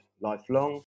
Lifelong